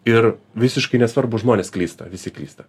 ir visiškai nesvarbu žmonės klysta visi klysta